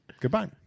Goodbye